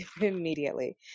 Immediately